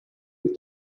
with